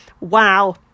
wow